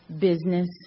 business